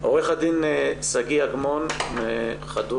עורך הדין שגיא אגמון מחדו"ש,